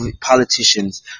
politicians